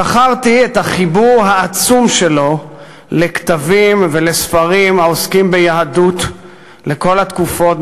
זכרתי את החיבור העצום שלו לכתבים ולספרים העוסקים ביהדות בכל התקופות,